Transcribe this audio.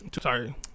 Sorry